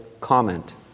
comment